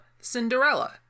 Cinderella